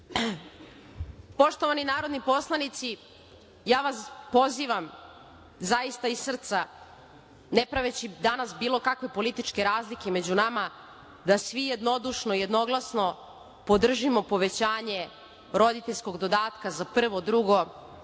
dinara. Poštovani narodni poslanici, ja vas pozivam zaista iz srca, ne praveći danas bilo kakve političke razlike među nama, da svi jednodušno, jednoglasno podržimo povećanje roditeljskog dodatka za prvo, drugo,